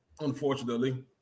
unfortunately